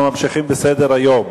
אנחנו ממשיכים בסדר-היום.